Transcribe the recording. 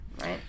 right